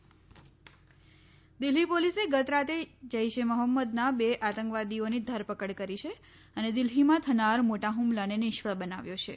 Delhi police Delhi પોલીસે ગતરાત્રે જૈશ એ મોહમ્મદના બે આંતકવાદીઓની ધરપકડ કરી છે અને દિલ્ફીમાં થનાર મોટા હમલાને નિષ્ફળ બનાવ્યો છે